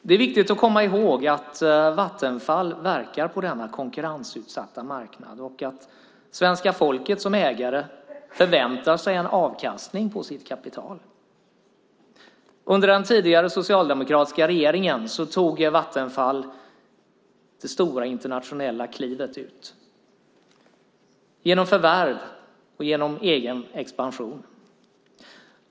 Det är viktigt att komma ihåg att Vattenfall verkar på denna konkurrensutsatta marknad och att svenska folket som ägare förväntar sig en avkastning på sitt kapital. Under den tidigare socialdemokratiska regeringen tog Vattenfall det stora internationella klivet genom förvärv och genom egen expansion.